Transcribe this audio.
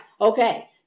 Okay